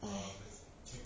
!aiya!